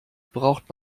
braucht